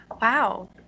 Wow